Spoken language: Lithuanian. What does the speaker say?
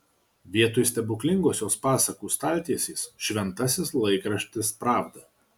vietoj stebuklingosios pasakų staltiesės šventasis laikraštis pravda